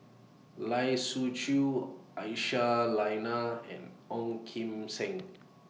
Lai Siu Chiu Aisyah Lyana and Ong Kim Seng